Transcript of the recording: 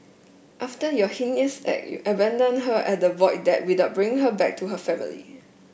after your heinous act you abandoned her at the Void Deck without bringing her back to her family